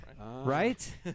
Right